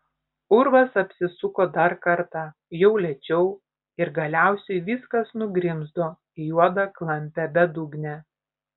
urvas apsisuko dar kartą jau lėčiau ir galiausiai viskas nugrimzdo į juodą klampią bedugnę